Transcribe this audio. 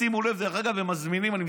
שימו לב, אגב, אני מסתכל,